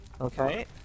Okay